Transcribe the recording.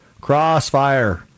Crossfire